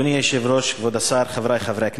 אדוני היושב-ראש, כבוד השר, חברי חברי הכנסת,